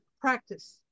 Practice